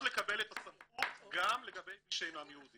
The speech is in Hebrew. לקבל את הסמכות גם לגבי מי שאינם יהודים.